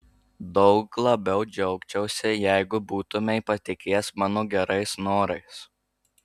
daug labiau džiaugčiausi jeigu būtumei patikėjęs mano gerais norais